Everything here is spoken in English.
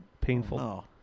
painful